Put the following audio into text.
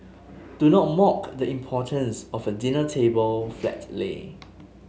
do not mock the importance of a dinner table flat lay